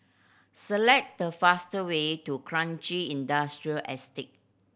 select the fastest way to Kranji Industrial Estate